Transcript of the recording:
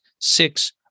six